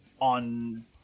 on